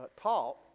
taught